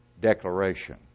declaration